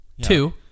two